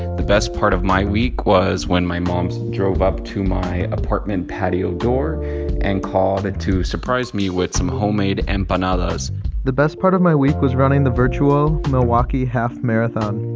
the best part of my week was when my mom drove up to my apartment patio door and called to surprise me with some homemade and but ah empanadas the best part of my week was running the virtual milwaukee half marathon.